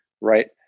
right